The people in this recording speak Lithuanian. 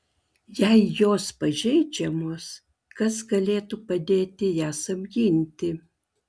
jei jos pažeidžiamos kas galėtų padėti jas apginti